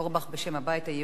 בשם הבית היהודי,